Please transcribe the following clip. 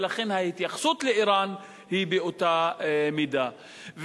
ולכן ההתייחסות לאירן היא באותה מידה.